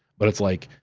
but it's like,